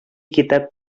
китап